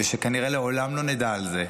ושכנראה לעולם לא נדע על זה.